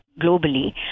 globally